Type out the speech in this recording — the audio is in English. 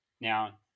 Now